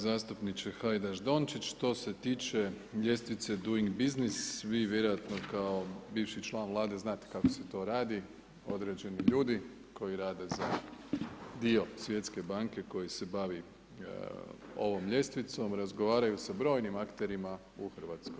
Zastupniče Hajdaš Dončić, što se tiče ljestvice doing business, vi vjerojatno kao bivši član Vlade, znate kako se to radi, određeni ljudi koji rade za dio Svjetske banke koji se bavi ovom ljestvicom razgovaraju sa brojnim akterima u Hrvatskoj.